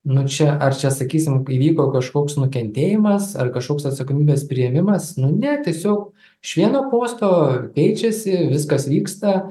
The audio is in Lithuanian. nu čia ar čia sakysim įvyko kažkoks nukentėjimas ar kažkoks atsakomybės priėmimas nu ne tiesiog iš vieno posto keičiasi viskas vyksta